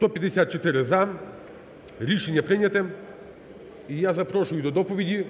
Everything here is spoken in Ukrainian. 154 – за. Рішення прийняте. І я запрошую до доповіді